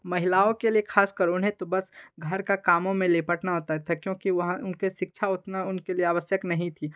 महिलाओं के लिए ख़ास कर उन्हें तो बस घर का कामों में लिपटना होता था क्योंकि वहाँ उनके शिक्षा उतना उनके लिए आवश्यक नहीं थी